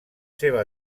seva